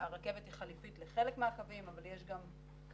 הרכבת היא חליפית לחלק מהקווים אבל יש גם קווים